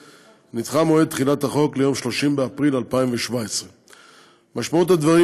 נדחה מועד תחילת החוק ליום 30 באפריל 2017. משמעות הדברים